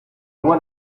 loi